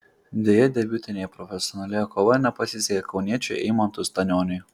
deja debiutinėje profesionalioje kovoje nepasisekė kauniečiui eimantui stanioniui